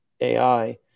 AI